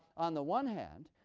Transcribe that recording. on the one hand,